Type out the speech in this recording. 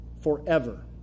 forever